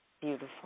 Beautiful